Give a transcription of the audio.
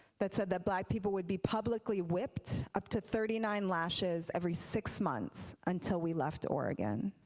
that said that black people would be publicly whipped, up to thirty nine lashes every six months, until we left oregon.